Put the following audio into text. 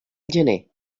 gener